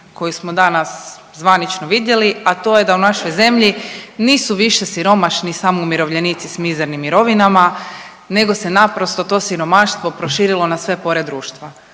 koju smo danas zvanično vidjeli, a to je da u našoj zemlji nisu više siromašni samo umirovljenici s mizernim mirovinama, nego se naprosto to siromaštvo proširilo na sve pore društva